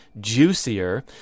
juicier